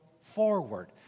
forward